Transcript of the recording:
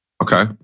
Okay